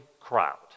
crowd